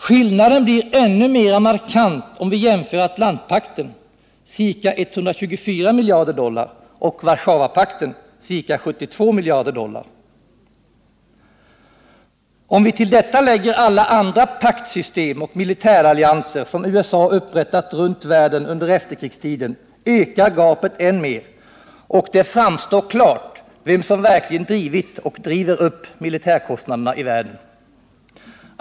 Skillnaden blir än mer markant, om vi jämför Atlantpakten, ca 124 miljarder dollar, med Warszawapakten, ca 72 miljarder dollar. Om vi till detta lägger alla andra paktsystem och militärallianser som USA har upprättat runt världen under efterkrigstiden, ökar gapet än mer, och det framstår klart vem som verkligen har drivit och driver upp militärkostnaderna i världen.